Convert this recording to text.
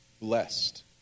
blessed